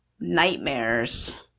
nightmares